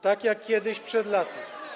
tak jak kiedyś przed laty.